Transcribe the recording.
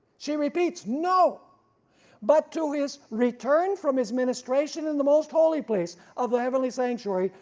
she repeats. no but to his return from his ministration in the most holy place of the heavenly sanctuary,